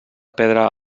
pedra